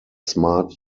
smart